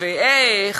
איך?